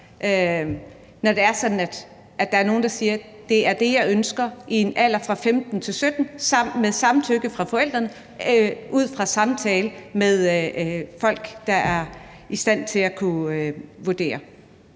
når det er sådan, at der er nogle, der siger, at det er det, de ønsker, i en alder fra 15-17 år, med samtykke fra forældrene, ud fra en samtale med folk, der er i stand til at kunne vurdere